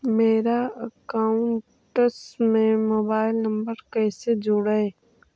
मेरा अकाउंटस में mobile number कैसे जुड़उ?